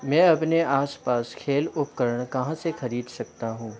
मैं अपने आसपास खेल उपकरण कहाँ से खरीद सकता हूँ